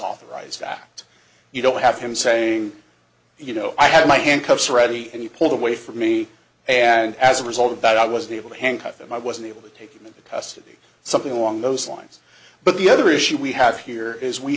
authorize that you don't have him saying you know i had my hand cuffs ready and you pulled away from me and as a result of that i was unable to handcuff him i wasn't able to take him into custody something along those lines but the other issue we have here is we